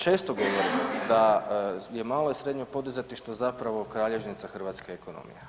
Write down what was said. Često govorim da je malo i srednje poduzetništvo zapravo kralješnica hrvatske ekonomije.